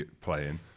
playing